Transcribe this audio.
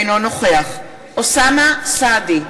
אינו נוכח אוסאמה סעדי,